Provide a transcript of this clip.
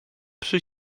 przy